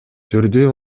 түрдүү